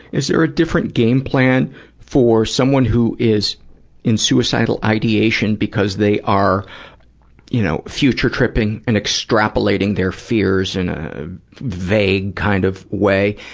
is there a different game plan for someone who is in suicidal ideation because they are you know future-tripping and extrapolating their fears in a vague kind of way,